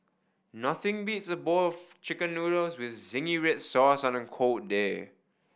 nothing beats a bowl of Chicken Noodles with zingy red sauce on a cold day